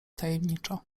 tajemniczo